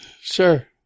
Sure